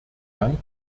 dank